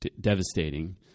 devastating